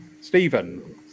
Stephen